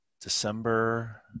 December